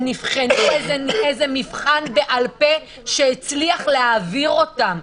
הם נבחנו במבחן בעל פה שהצליח להעביר אותם,